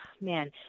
man